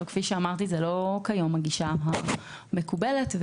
אבל זה לא הגישה המקובלת היום.